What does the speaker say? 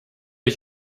ich